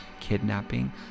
kidnapping